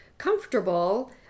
Comfortable